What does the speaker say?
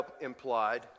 implied